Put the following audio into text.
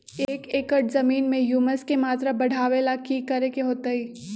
एक एकड़ जमीन में ह्यूमस के मात्रा बढ़ावे ला की करे के होतई?